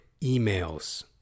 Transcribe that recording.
emails